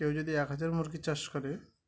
কেউ যদি এক হাজার মুরগি চাষ করে